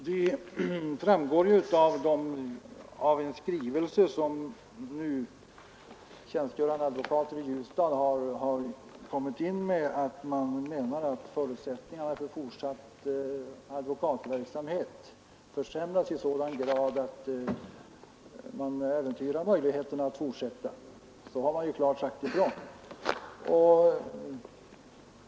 Herr talman! Det framgår av en skrivelse som tjänstgörande advokater i Ljusdal inkommit med att de menar att förutsättningarna för fortsatt advokatverksamhet försämras i sådan grad att det äventyrar möjligheterna att fortsätta. Därmed har de ju klart sagt ifrån.